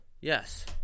Yes